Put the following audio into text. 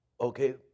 Okay